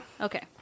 okay